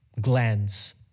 glands